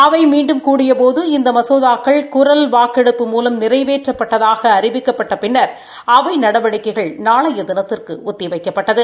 அவை மீண்டும் கூடியபோது இந்த மசோதர்ககள் குரல் வாக்கெடுப்பு மூலம் நிறைவேற்றப்பட்டதாக அறிவிக்கப்பட்ட பின்னா் அவை நடவடிக்கைகள் நாளை தினத்துக்கு ஒத்தி வைக்கப்பட்டன